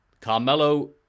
carmelo